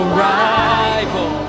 rival